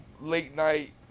late-night